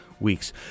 weeks